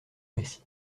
récit